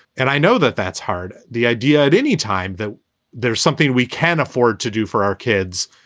and i know that that's hard. the idea at any time that there's something we can afford to do for our kids,